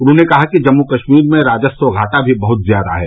उन्होंने कहा कि जम्मू कश्मीरमें राजस्व घाटा भी बहुत ज्यादा है